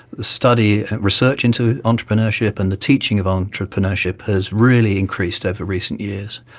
the study, research into entrepreneurship and the teaching of entrepreneurship has really increased over recent years,